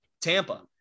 Tampa